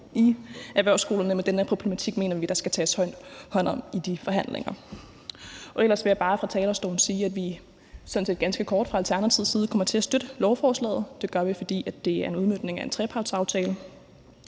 i erhvervsskolerne, men den her problematik mener vi der skal tages hånd om i de forhandlinger. Ellers vil jeg bare fra talerstolen sige ganske kort, at vi fra Alternativets side kommer til at støtte lovforslaget. Det gør vi, fordi det er en udmøntning af en trepartsaftale.